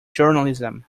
journalism